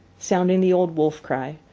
sounding the old wolf-cry,